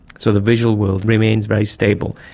so the visual world remains very stable.